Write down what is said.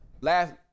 Last